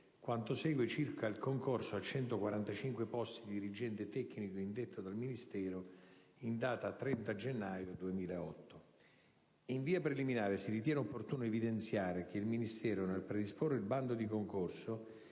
quanto segue circa il concorso a 145 posti di dirigente tecnico indetto dal Ministero in data 30 gennaio 2008. In via preliminare, ritengo opportuno evidenziare che il Ministero, nel predisporre il bando di concorso,